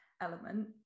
element